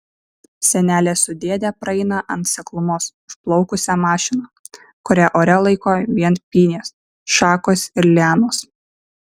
senelė su dėde praeina ant seklumos užplaukusią mašiną kurią ore laiko vien pynės šakos ir lianos